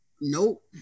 Nope